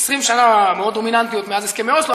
20 שנה מאוד דומיננטיות מאז הסכמי אוסלו,